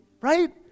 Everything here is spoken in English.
right